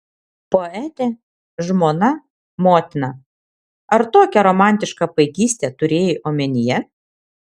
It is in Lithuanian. poetė žmona motina ar tokią romantišką paikystę turėjai omenyje